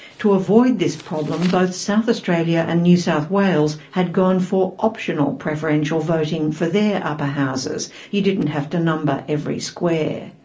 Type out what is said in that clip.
to avoid this problem, both south australia and new south wales had gone for optional preferential voting for their upper houses. you didn't have to number every square.